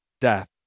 death